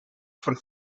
von